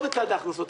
או בצד ההכנסות,